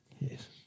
Yes